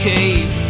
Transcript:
Cave